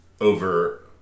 over